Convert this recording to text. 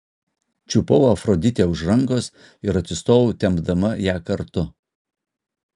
čiupau afroditę už rankos ir atsistojau tempdama ją kartu